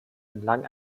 entlang